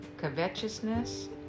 covetousness